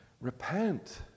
Repent